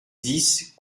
dix